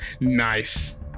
Nice